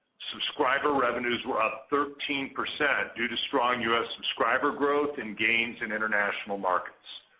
subscriber revenues were up thirteen percent due to strong us subscriber growth and gains in international markets.